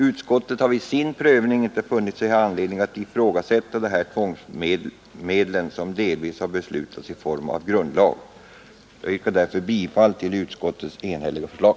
Utskottet har vid sin prövning inte funnit anledning att ifrågasätta dessa tvångsmedel, som delvis har beslutats i form av grundlag. Jag yrkar därför bifall till utskottets enhälliga förslag.